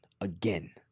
again